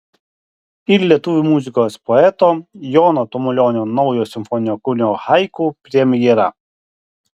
ir lietuvių muzikos poeto jono tamulionio naujo simfoninio kūrinio haiku premjera